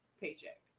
paycheck